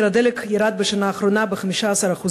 מחיר הדלק ירד בשנה האחרונה ב-15%,